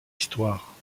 histoire